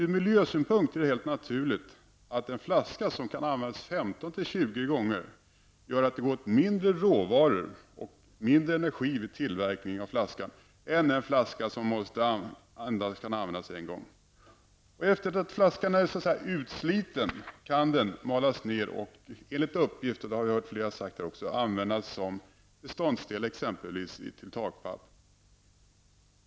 Ur miljösynpunkt är det helt naturligt att om en flaska kan användas 15--20 gånger går det åt mindre råvaror och energi vid tillverkningen än om flaskan endast kan användas en gång. Efter det att flaskan är ''utsliten'' kan den malas ner och enligt uppgift, det har flera sagt här, användas t.ex. som beståndsdel i takpapp.